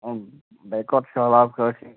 بیٚیہِ کھوٚت سہلاب کٲفی